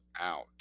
out